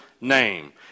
name